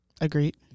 Agreed